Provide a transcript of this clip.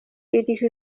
iriho